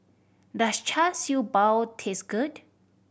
does Char Siew Bao taste good